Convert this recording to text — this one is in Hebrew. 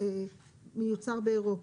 מיוצר באירופה,